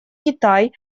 китай